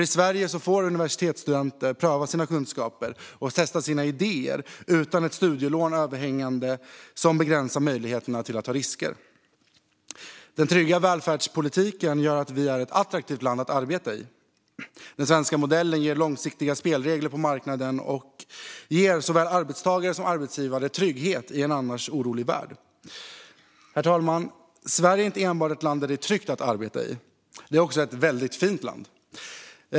I Sverige får nämligen universitetsstudenter pröva sina kunskaper och testa sina idéer utan ett överhängande studielån som begränsar möjligheten att ta risker. Den trygga välfärdspolitiken gör också att vi är ett attraktivt land att arbeta i. Den svenska modellen ger långsiktiga spelregler på marknaden, och det ger såväl arbetstagare som arbetsgivare trygghet i en annars orolig värld. Herr talman! Sverige är inte enbart ett land som det är tryggt att arbeta i utan också ett väldigt fint land.